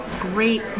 great